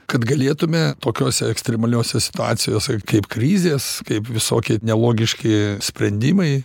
kad galėtume tokiose ekstremaliose situacijose kaip krizės kaip visokie nelogiški sprendimai